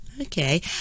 Okay